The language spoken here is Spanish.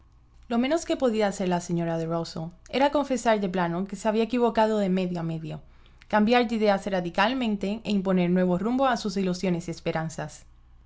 lo menos que podía hacer la señora de rusell era confesar de plano que se había equivocado de medio a medio cambiar de ideas radicalmente e imponer nuevo rumbo a sus ilusiones y esperanzas